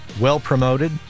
well-promoted